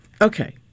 Okay